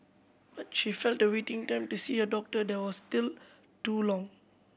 but she felt the waiting time to see a doctor there was still too long